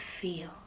feel